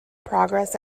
progress